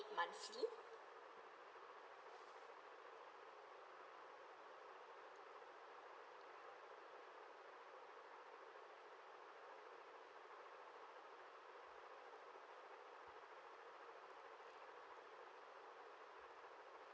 monthly